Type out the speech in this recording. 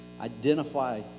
identify